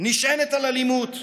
נשענת על אלימות.